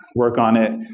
work on it,